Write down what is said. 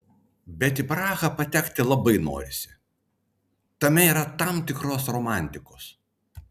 bet į prahą patekti labai norisi tame yra tam tikros romantikos